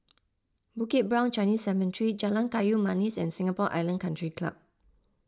Bukit Brown Chinese Cemetery Jalan Kayu Manis and Singapore Island Country Club